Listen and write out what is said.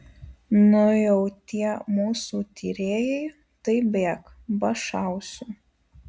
nu jau tie mūsų tyrėjai tai bėk ba šausiu